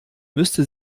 müsste